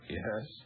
yes